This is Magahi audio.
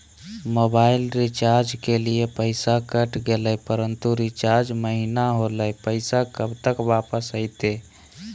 मोबाइल रिचार्ज के लिए पैसा कट गेलैय परंतु रिचार्ज महिना होलैय, पैसा कब तक वापस आयते?